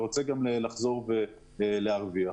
רוצה להרוויח.